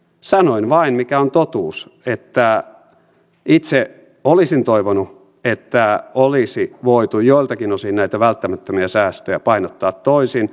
sanoin vain mikä on totuus että itse olisin toivonut että olisi voitu joiltakin osin näitä välttämättömiä säästöjä painottaa toisin